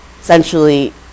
essentially